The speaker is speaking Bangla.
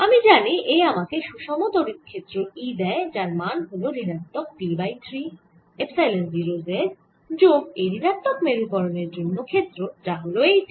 আমি জানি এ আমাকে সুষম তড়িৎ ক্ষেত্র E দেয় যার মান হল ঋণাত্মক P বাই 3 এপসাইলন 0 z যোগ এই ঋণাত্মক মেরুকরনের জন্য ক্ষেত্র যা হল এইটি